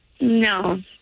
No